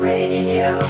Radio